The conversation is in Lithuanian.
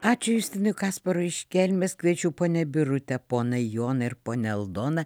ačiū justinui kasparui iš kelmės kviečiu ponią birutę poną joną ir ponią aldoną